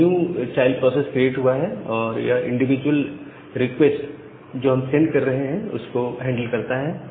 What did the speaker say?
एक new child process create हुआ और यह इंडिविजुअल रिक्वेस्ट जो हम सेंड कर रहे हैं उसको हैंडल करता है